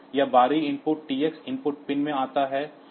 यह बाहरी input Tx input pin में आता है